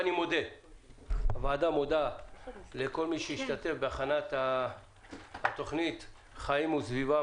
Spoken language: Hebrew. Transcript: ראשית הוועדה מודה לכל מי שהשתתף בהכנת התוכנית: חיים וסביבה,